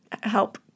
help